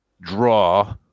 draw